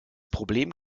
problem